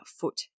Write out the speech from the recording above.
foot